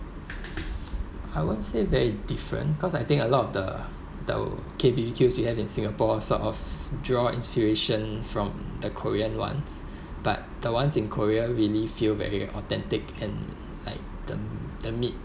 I won't say very different cause I think a lot of the the K B_B_Q we have in singapore sort of draw inspiration from the korean ones but the ones in korea really feel very authentic and like the the meat